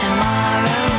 Tomorrow